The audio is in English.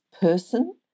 person